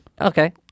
Okay